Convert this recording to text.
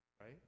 Right